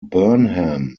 burnham